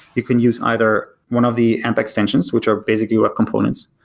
you can use either one of the amp extensions, which are basically web components.